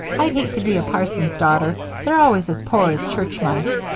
i'd hate to be a parson's daughter they're always as poor as church mice.